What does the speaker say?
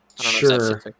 Sure